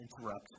interrupt